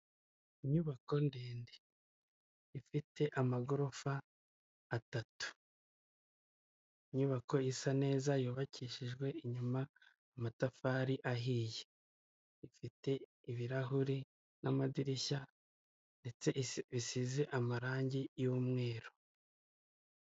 Iyi ni inzu nini mu buryo bugaragara isize amabara y'umweru n'ubururu hejuru ndetse n'umukara ku madirishya n'inzugi ku ruhande hari ubusitani bugaragara neza ubona butoshye, butanga umuyaga ku bagenda bose.